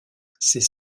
ces